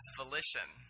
volition